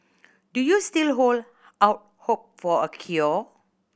do you still hold out hope for a cure